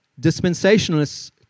dispensationalists